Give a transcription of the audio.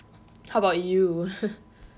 how about you